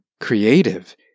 creative